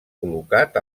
col·locat